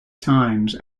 times